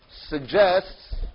suggests